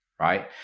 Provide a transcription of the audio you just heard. right